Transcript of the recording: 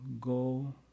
go